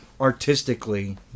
artistically